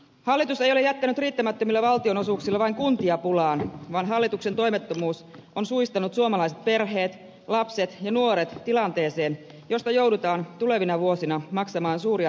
hallitus ei ole jättänyt riittämättömillä valtionosuuksilla vain kuntia pulaan vaan hallituksen toimettomuus on suistanut suomalaiset perheet lapset ja nuoret tilanteeseen josta joudutaan tulevina vuosina maksamaan suuria laskuja